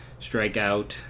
strikeout